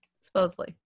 Supposedly